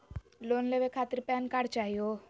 Loan लेवे खातीर PAN card चाहियो?